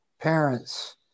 parents